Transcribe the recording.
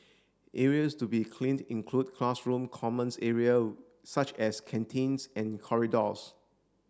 areas to be cleaned include classroom commons area such as canteens and corridors